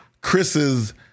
Chris's